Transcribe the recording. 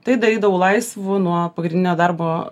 tai darydavau laisvu nuo pagrindinio darbo